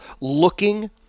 looking